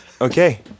Okay